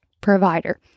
provider